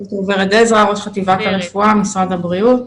ורד עזרא, ראש חטיבת הרפואה משרד הבריאות.